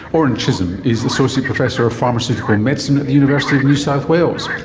orin chisholm is associate professor of pharmaceutical medicine at the university of new south wales.